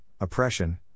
oppression